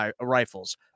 rifles